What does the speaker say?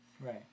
Right